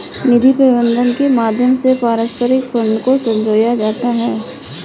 निधि प्रबन्धन के माध्यम से पारस्परिक फंड को संजोया जाता है